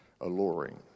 alluring